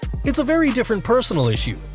it's a very different personal issue,